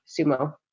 sumo